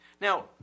Now